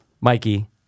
Mikey